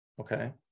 okay